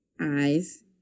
eyes